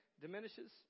diminishes